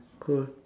cool